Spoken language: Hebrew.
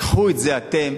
קחו את זה אתם.